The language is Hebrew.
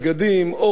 משקה,